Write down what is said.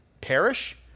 perish